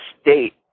state